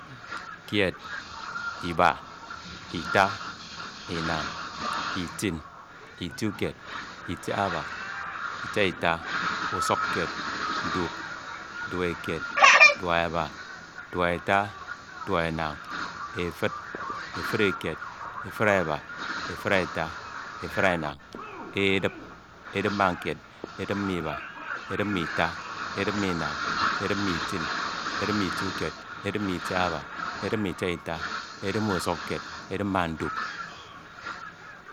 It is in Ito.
Kied, iba, ita, inañ, itin, unikied, eiaba, itiaita, uswakied, dup, dupekied, dupeba, dupeta, dup enañ, efid, efidekied, efud eba, efud eta, efud enañ, edip, edip, edip, ma naied, dip ma iba esip ma ita edip ma inañ edip ma itin, edip maituikied, edip ma itiaba, edip ma itiaita, edip ma usukkied, edip ma nd up.